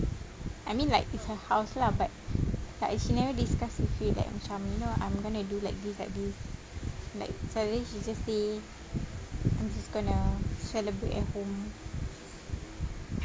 I mean like is her house lah but like she never discuss with you like macam you know I'm gonna do like this at this like suddenly she just say she's gonna celebrate at home